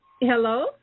Hello